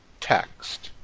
text.